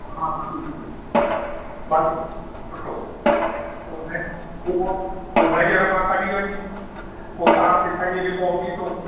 हा भली भली सुठो पोइ उन उन हू नज़र मां कढी वञे पोइ तव्हांखे सॼी रिपोर्ट ॾींदो